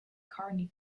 carney